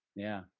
yeah.